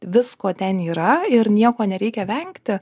visko ten yra ir nieko nereikia vengti